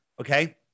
Okay